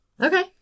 okay